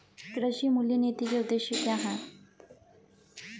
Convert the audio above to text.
कृषि मूल्य नीति के उद्देश्य क्या है?